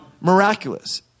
Miraculous